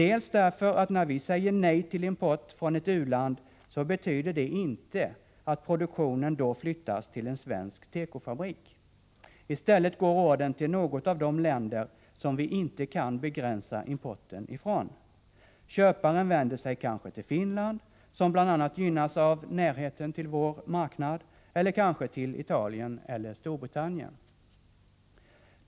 En sådan faktor är att produktionen inte flyttas till en svensk tekofabrik när vi säger nej till import från ett u-land. I stället går ordern till något av de länder som vi inte kan begränsa importen ifrån. Köparen vänder sig kanske till Finland, som bl.a. gynnas av närheten till vår marknad eller kanske till Italien eller Storbritannien.